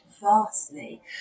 vastly